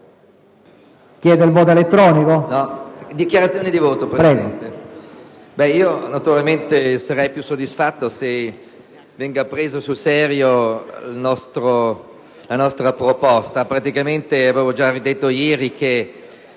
chiesto il voto elettronico